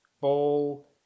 ball